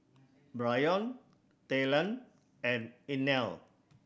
Bryon Talen and Inell